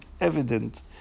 evident